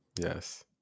yes